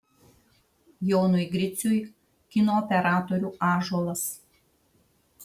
jonui griciui kino operatorių ąžuolas